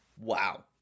Wow